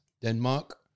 Denmark